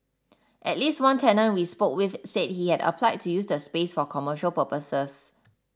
at least one tenant we spoke with said he had applied to use the space for commercial purposes